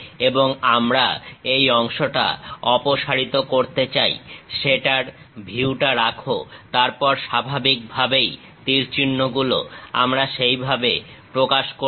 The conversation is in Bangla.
এবং আমরা এই অংশটা অপসারিত করতে চাই সেটার ভিউটা রাখো তারপর স্বাভাবিকভাবেই তীর চিহ্ন গুলো আমরা সেই ভাবে প্রকাশ করবো